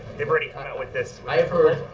they've already come out with this like